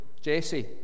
Jesse